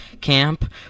Camp